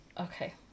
okay